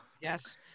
Yes